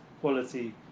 quality